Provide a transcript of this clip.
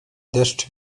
deszcz